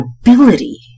ability